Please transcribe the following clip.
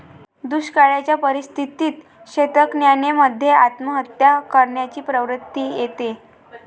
दुष्काळयाच्या परिस्थितीत शेतकऱ्यान मध्ये आत्महत्या करण्याची प्रवृत्ति येते